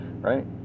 right